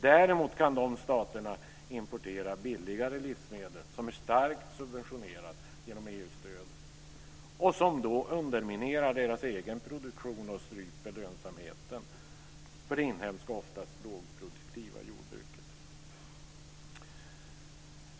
Däremot kan de staterna importera billigare livsmedel som är starkt subventionerade genom EU:s stöd och som då underminerar deras egen produktion och stryper lönsamheten för det inhemska ofta lågproduktiva jordbruket.